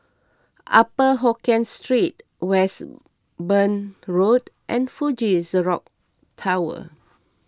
Upper Hokkien Street Westbourne Road and Fuji Xerox Tower